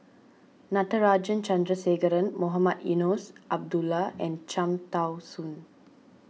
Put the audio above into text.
Natarajan Chandrasekaran Mohamed Eunos Abdullah and Cham Tao Soon